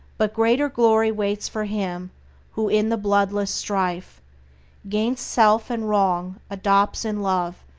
but greater glory waits for him who, in the bloodless strife gainst self and wrong, adopts, in love,